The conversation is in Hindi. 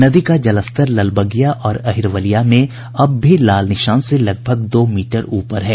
नदी का जलस्तर ललबगिया और अहिरवलिया में अभी भी लाल निशान से लगभग दो मीटर ऊपर हैं